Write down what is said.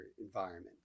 environment